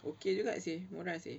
okay juga seh murah seh